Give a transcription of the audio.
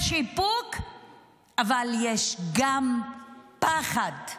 יש איפוק אבל יש גם פחד,